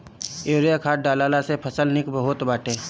urea खाद डालला से फसल निक होत बाटे